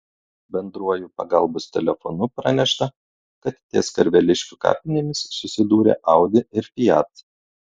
bendruoju pagalbos telefonu pranešta kad ties karveliškių kapinėmis susidūrė audi ir fiat